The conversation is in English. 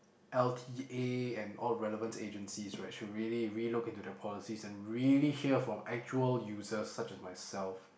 L_T_A and all relevant agencies right should really relook into their policies and really hear from actual users such as myself